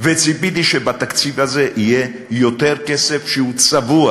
וציפיתי שבתקציב הזה יהיה יותר כסף שהוא צבוע